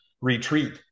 retreat